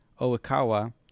Oikawa